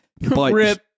Rip